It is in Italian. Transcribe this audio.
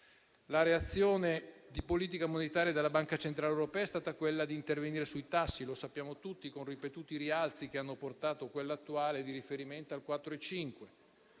La reazione di politica monetaria della Banca centrale europea è stata quella di intervenire sui tassi - lo sappiamo tutti - con ripetuti rialzi che hanno portato quello attuale di riferimento al 4,5